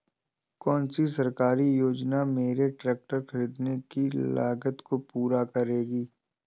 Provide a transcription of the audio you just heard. कौन सी सरकारी योजना मेरे ट्रैक्टर ख़रीदने की लागत को पूरा करेगी?